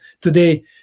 today